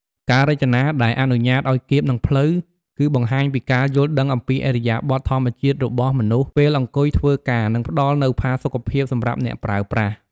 ការរចនាដែលអនុញ្ញាតឱ្យគៀបនឹងភ្លៅ គឺបង្ហាញពីការយល់ដឹងអំពីឥរិយាបថធម្មជាតិរបស់មនុស្សពេលអង្គុយធ្វើការ និងផ្តល់នូវផាសុខភាពសម្រាប់អ្នកប្រើប្រាស់។